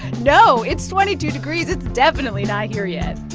no, it's twenty two degrees. it's definitely not here yet